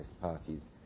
parties